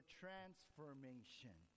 transformation